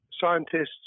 Scientists